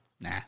Nah